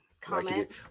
Comment